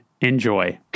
Enjoy